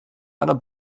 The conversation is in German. einer